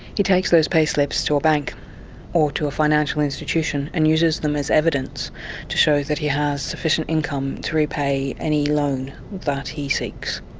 he takes those payslips to a bank or to a financial institution and uses them as evidence to show that he has sufficient income to repay any loan that he seeks.